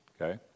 Okay